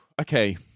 Okay